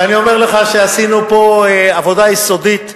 ואני אומר לך שעשינו פה עבודה יסודית.